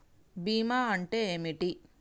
బీమా అంటే ఏమిటి?